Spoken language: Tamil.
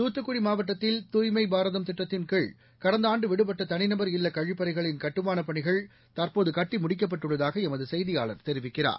துத்துக்குடி மாவட்டத்தில் தூய்மை பாரதம் திட்டத்தின்கீழ் கடந்த ஆண்டு விடுபட்ட தனிநபர் இல்ல கழிப்பறைகளின் கட்டுமானப் பணிகள் தற்போது கட்டிமுடிக்கப்பட்டுள்ளதாக எமது செய்தியாளர் தெரிவிக்கிறார்